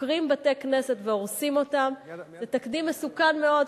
עוקרים בתי-כנסת והורסים אותם זה תקדים מסוכן מאוד,